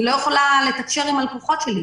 אני לא יכולה לתקשר עם הלקוחות שלי.